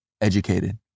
educated